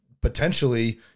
potentially